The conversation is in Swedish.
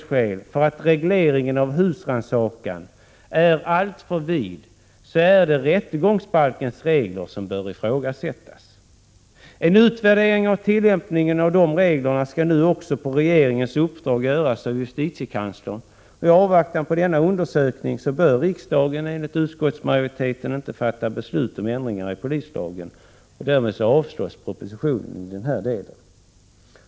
Finns det en oro för att regleringen av husrannsakan är alltför vid, så är det rättegångsbalkens regler som bör ifrågasättas. En utvärdering av tillämpningen av dessa regler skall nu också på regeringens uppdrag göras av justitiekanslern. I avvaktan på denna undersökning bör riksdagen enligt utskottsmajoriteten inte fatta beslut om ändring av polislagen. Och därmed avstyrks propositionen i denna del.